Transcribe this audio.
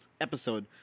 episode